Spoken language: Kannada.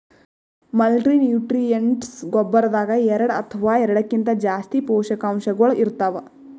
ಮಲ್ಟಿನ್ಯೂಟ್ರಿಯಂಟ್ಸ್ ಗೊಬ್ಬರದಾಗ್ ಎರಡ ಅಥವಾ ಎರಡಕ್ಕಿಂತಾ ಜಾಸ್ತಿ ಪೋಷಕಾಂಶಗಳ್ ಇರ್ತವ್